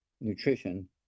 nutrition